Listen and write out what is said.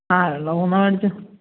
ആ രണ്ടോ മൂന്നോ മേടിച്ചോ